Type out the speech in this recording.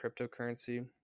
cryptocurrency